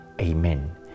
Amen